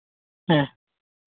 ᱦᱮᱸ